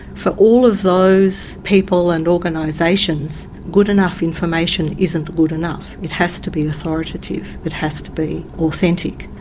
for all of those people and organisations, good enough information isn't good enough, it has to be authoritative, it has to be authentic.